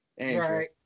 Right